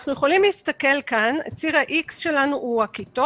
אנחנו יכולים להסתכל כאן: ציר ה-X הוא הכיתות,